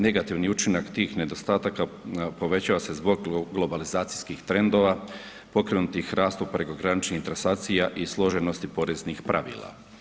Negativni učinak tih nedostataka povećava se zbog globalizacijskih trendova pokrenutih rastu prekograničnih transakcija i složenosti poreznih pravila.